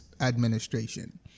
administration